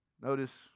Notice